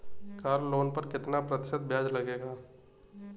Car loan पर कितना प्रतिशत ब्याज लगेगा?